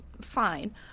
fine